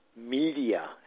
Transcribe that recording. media